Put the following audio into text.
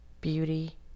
beauty